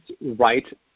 right